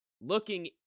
looking –